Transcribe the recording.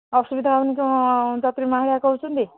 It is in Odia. ଅସୁବିଧା ହେଉନି କ'ଣ ଯାତ୍ରୀ ମାହାଳିଆ କହୁଛନ୍ତି